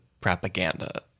propaganda